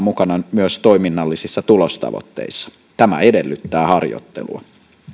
mukana myös toiminnallisissa tulostavoitteissa tämä edellyttää harjoittelua